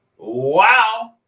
Wow